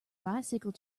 bicycle